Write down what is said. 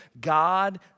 God